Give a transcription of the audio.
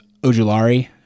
Ojulari